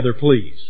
please